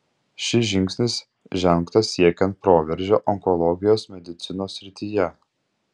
šis žingsnis žengtas siekiant proveržio onkologijos medicinos srityje